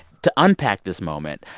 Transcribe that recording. to unpack this moment,